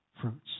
fruits